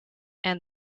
and